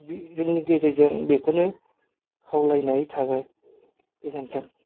जोंनि गेजेरजों बेखौनो खावलायनाय थाबाय गोजोनथों